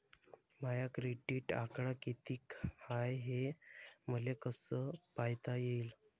माया क्रेडिटचा आकडा कितीक हाय हे मले कस पायता येईन?